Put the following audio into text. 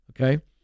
Okay